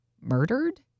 murdered